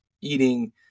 eating